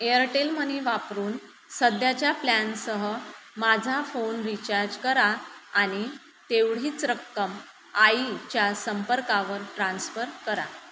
Airtel money वापरून सध्याच्या प्लॅनसह माझा फोन रिचार्ज करा आणि तेवढीच रक्कम आईच्या संपर्कावर ट्रान्स्फर करा